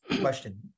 question